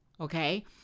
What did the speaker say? okay